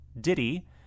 Diddy